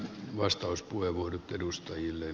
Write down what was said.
vastauspuheenvuoro vesivarantoja